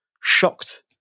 shocked